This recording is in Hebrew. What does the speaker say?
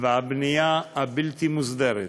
והבנייה הבלתי-מוסדרת.